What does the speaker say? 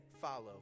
follow